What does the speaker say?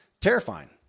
terrifying